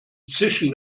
zischen